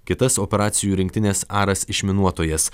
kitas operacijų rinktinės aras išminuotojas